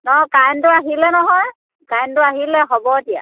অঁ কাৰেণ্টটো আহিলে নহয় কাৰেণ্টটো আহিলে হ'ব এতিয়া